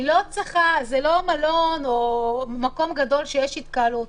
זה לא מלון או מקום גדול שיש בו התקהלות.